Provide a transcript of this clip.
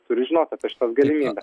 turi žinot apie šitas galimybes